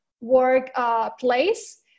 workplace